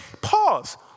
pause